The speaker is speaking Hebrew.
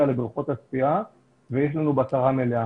לבריכות השחייה ויש לנו בקרה מלאה.